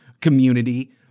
community